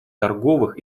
торговых